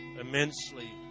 immensely